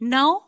Now